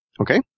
Okay